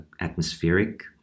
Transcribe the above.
atmospheric